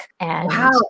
Wow